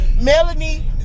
Melanie